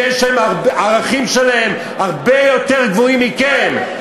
שיש להן ערכים הרבה יותר גבוהים משלכם.